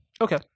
Okay